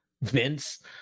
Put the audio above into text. vince